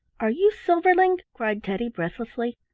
are you silverling? cried teddy, breathlessly.